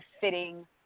fitting